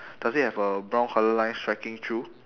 does it have a brown colour line striking through